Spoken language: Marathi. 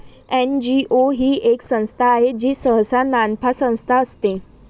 एन.जी.ओ ही एक संस्था आहे जी सहसा नानफा संस्था असते